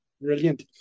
brilliant